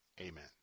amen